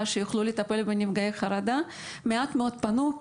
שיוכלו לטפל בנפגעי חרדה מעט מאוד פנו.